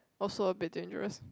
also a bit dangerous